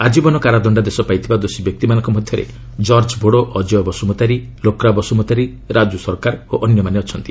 ଆଜ୍ଞୀବନ କାରାଦଣ୍ଡାଦେଶ ପାଇଥିବା ଦୋଷୀ ବ୍ୟକ୍ତିମାନଙ୍କ ମଧ୍ୟରେ କର୍ଜ ବୋଡ଼ୋ ଅଜୟ ବସୁମତାରୀ ଲୋକ୍ରା ବସୁମତାରୀ ରାଜୁ ସର୍କାର ଓ ଅନ୍ୟମାନେ ଅଛନ୍ତି